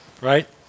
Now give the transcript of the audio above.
right